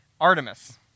Artemis